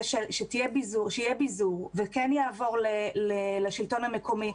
שיהיה ביזור ושכן יעבור לשלטון המקומי.